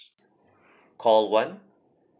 call one